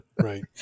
Right